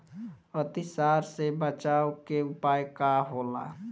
अतिसार से बचाव के उपाय का होला?